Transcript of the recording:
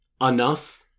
enough